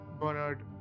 Bernard